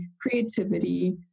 creativity